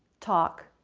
talk,